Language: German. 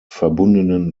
verbundenen